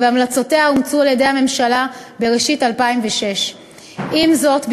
והמלצותיה אומצו על-ידי הממשלה בראשית 2006. עם זאת,